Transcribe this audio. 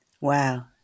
Wow